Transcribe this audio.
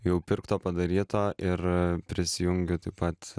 jau pirkto padaryto ir prisijungiu taip pat